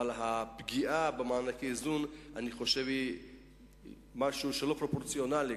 אבל הפגיעה במענקי האיזון היא משהו לא פרופורציונלי,